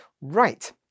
Right